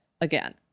again